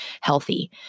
healthy